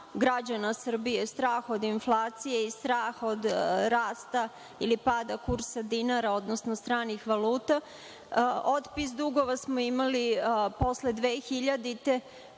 građana Srbije, strah od inflacije i strah od rasta ili pada kursa dinara, odnosno stranih valuta. Otpis dugova smo imali posle 2000.